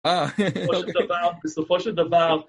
אה. בסופו של דבר, בסופו של דבר.